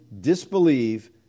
disbelieve